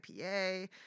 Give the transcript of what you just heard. IPA